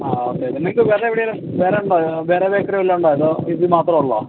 നിങ്ങൾക്ക് വേറെ എവിടെയെങ്കിലും വേറെ ഉണ്ടോ വേറെ ബേക്കറി വല്ലതും ഉണ്ടോ അതോ ഇത് മാത്രമേ ഉള്ളോ